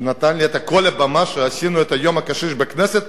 שנתן לי את כל הבמה כשעשינו את יום הקשיש בכנסת,